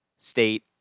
State